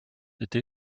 été